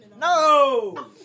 No